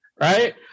right